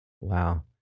Wow